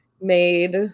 made